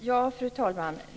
Fru talman!